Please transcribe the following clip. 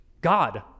God